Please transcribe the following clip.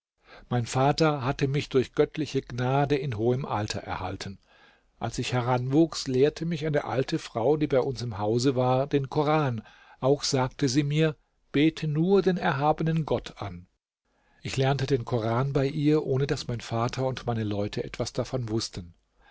mein vater hatte mich durch göttliche gnade in hohem alter erhalten als ich heranwuchs lehrte mich eine alte frau die bei uns im hause war den koran auch sagte sie mir bete nur den erhabenen gott an ich lernte den koran bei ihr ohne daß mein vater und meine leute etwas davon wußten